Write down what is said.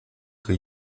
que